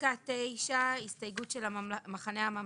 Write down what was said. לפסקה 9, הסתייגות של המחנה הממלכתי.